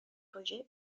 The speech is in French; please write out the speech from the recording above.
rejets